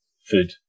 food